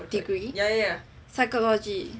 degree psychology